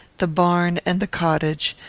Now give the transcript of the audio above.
the barn, and the cottage,